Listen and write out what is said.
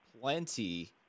plenty